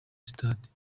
stade